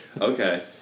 Okay